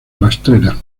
rastrera